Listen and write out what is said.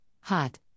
hot